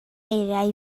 eiriau